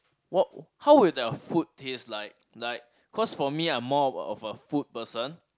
what how will their food taste like like cause for me I'm more of a of a food person